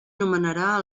nomenarà